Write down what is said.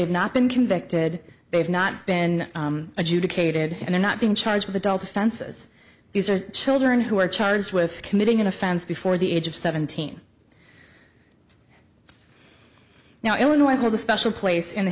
have not been convicted they have not been adjudicated and they're not being charged with adult offenses these are children who are charged with committing an offense before the age of seventeen now illinois hold a special place in the